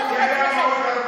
היום?